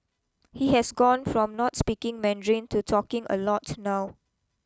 he has gone from not speaking Mandarin to talking a lot now